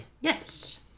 Yes